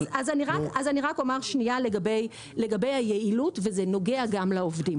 אני רק אומר שניה לגבי היעילות וזה נוגע גם לעובדים,